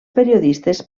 periodistes